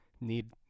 Need